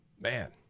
Man